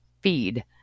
feed